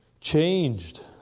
changed